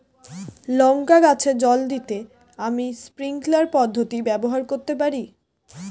লঙ্কা গাছে জল দিতে আমি স্প্রিংকলার পদ্ধতি ব্যবহার করতে পারি?